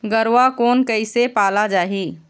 गरवा कोन कइसे पाला जाही?